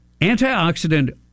Antioxidant